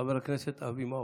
חבר הכנסת אבי מעוז.